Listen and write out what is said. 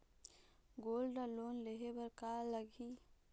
Gold loan लेहे बर का लगही?